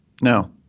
no